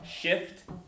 Shift